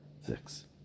six